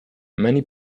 many